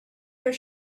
your